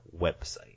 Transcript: website